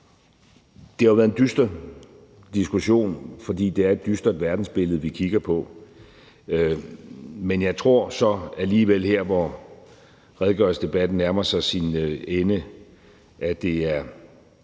Det har jo været en dyster diskussion, fordi det er et dystert verdensbillede, vi kigger på, men jeg tror så alligevel her, hvor redegørelsesdebatten nærmer sig sin ende, at det er